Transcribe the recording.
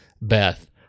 Beth